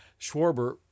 Schwarber